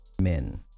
men